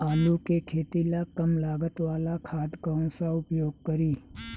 आलू के खेती ला कम लागत वाला खाद कौन सा उपयोग करी?